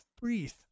Breathe